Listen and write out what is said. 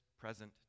present